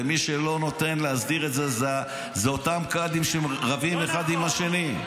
ומי שלא נותן להסדיר את זה הם אותם קאדים שרבים אחד עם השני.